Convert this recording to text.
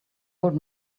old